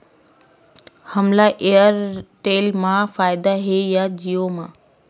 हमला एयरटेल मा फ़ायदा हे या जिओ मा?